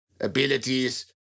abilities